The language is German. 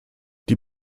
die